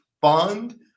fund